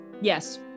Yes